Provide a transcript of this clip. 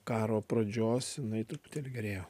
karo pradžios jinai truputėlį gerėjo